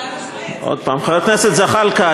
חבר הכנסת זחאלקה,